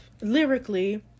lyrically